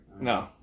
No